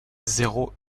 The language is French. zéro